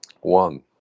One